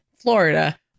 Florida